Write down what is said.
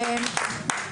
באמת,